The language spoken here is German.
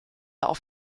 auf